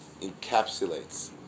encapsulates